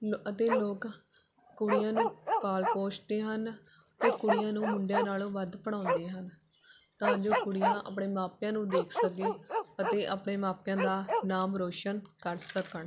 ਅਤੇ ਲੋਕ ਕੁੜੀਆਂ ਨੂੰ ਪਾਲ ਪੋਸਦੇ ਹਨ ਅਤੇ ਕੁੜੀਆਂ ਨੂੰ ਮੁੰਡਿਆਂ ਨਾਲੋਂ ਵੱਧ ਪੜ੍ਹਾਉਂਦੇ ਹਨ ਤਾਂ ਜੋ ਕੁੜੀਆਂ ਆਪਣੇ ਮਾਪਿਆਂ ਨੂੰ ਦੇਖ ਸਕੇ ਅਤੇ ਆਪਣੇ ਮਾਪਿਆਂ ਦਾ ਨਾਮ ਰੋਸ਼ਨ ਕਰ ਸਕਣ